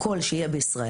הכול שיהיה בישראל.